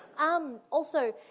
um, also.